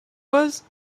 was